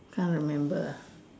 can't remember ah